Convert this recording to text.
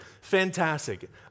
Fantastic